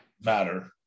matter